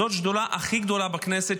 זאת השדולה הכי גדולה בכנסת,